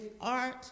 art